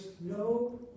no